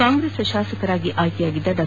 ಕಾಂಗ್ರೆಸ್ ಶಾಸಕರಾಗಿ ಆಯ್ಕೆ ಯಾಗಿದ್ದ ಡಾ